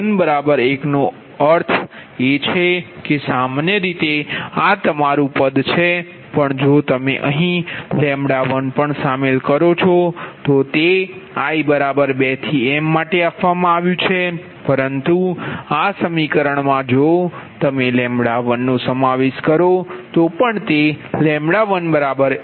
L11 તેનો અર્થ એ છે કે સામાન્ય રીતે આ તમારું પદ છે પણ જો તમે અહીં L1 પણ શામેલ કરો છો તો તે i 2 3m આપવામાં આવ્યુ છે પરંતુ આ સમીકરણમાં જો તમે L1નો સમાવેશ કરો તો પણ તેL11 જ છે